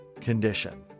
condition